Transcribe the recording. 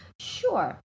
Sure